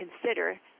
consider